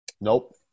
Nope